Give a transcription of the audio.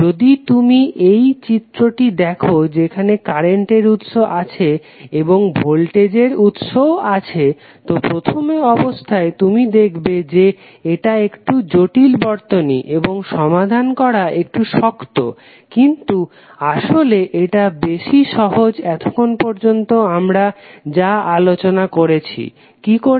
যদি তুমি এই চিত্রটিকে দেখো যেখানে কারেন্ট উৎস আছে এবং ভোল্টেজ উৎসও আছে তো প্রথম অবস্থায় তুমি দেখবে যে এটা একটু জটিল বর্তনী এবং সমাধান করা একটু শক্ত কিন্তু আসলে এটা বেশি সহজ এতক্ষণ পর্যন্ত আমরা যা আলোচনা করেছি কিকরে